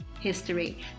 history